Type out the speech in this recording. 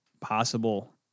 possible